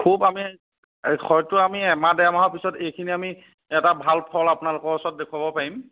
খুব আমি হয়তো আমি এমাহ দেৰ মাহৰ পিছত এইখিনি আমি এটা ভাল ফল আপোনালোকৰ ওচৰত দেখুৱাব পাৰিম